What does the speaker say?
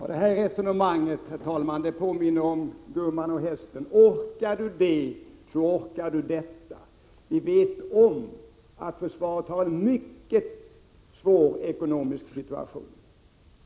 Herr talman! Detta resonemang påminner om gumman och hästen: Orkar du det, så orkar du detta. Vi vet att försvaret har en mycket svår ekonomisk situation.